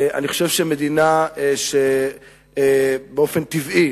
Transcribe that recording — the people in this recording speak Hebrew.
אני חושב שמדינה שבאופן טבעי,